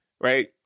right